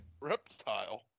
Reptile